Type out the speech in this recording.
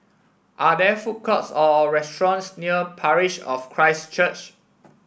are there food courts or restaurants near Parish of Christ Church